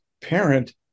parent